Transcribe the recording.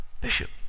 Bishop